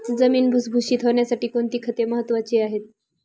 जमीन भुसभुशीत होण्यासाठी कोणती खते महत्वाची आहेत?